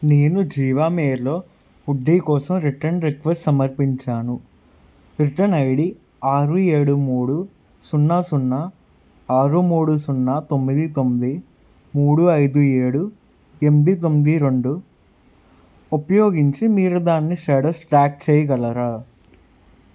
నేను జీవామేలో హుడ్డీ కోసం రిటర్న్ రిక్వెస్ట్ సమర్పించాను రిటర్న్ ఐడి ఆరు ఏడు మూడు సున్నా సున్నా ఆరు మూడు సున్నా తొమ్మిది తొమ్మిది మూడు ఐదు ఏడు ఎనిమిది తొమ్మిది రెండు ఉపయోగించి మీరు దాన్ని స్టేటస్ ట్రాక్ చెయ్యగలరా